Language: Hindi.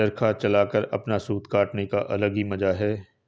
चरखा चलाकर अपना सूत काटने का अलग ही मजा है